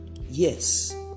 Yes